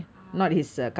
ah